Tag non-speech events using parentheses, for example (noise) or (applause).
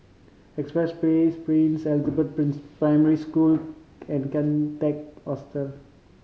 Express Place Princess Elizabeth (unintelligible) Primary School and Kian Teck Hostel